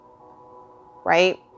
Right